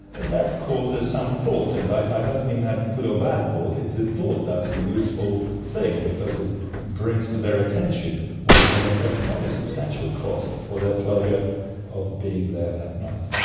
that causes some thought. and i don't mean good or bad thought, it's the thought that's the useful thing, because it brings to their attention what is in effect quite a substantial cost for their pleasure of being there at night.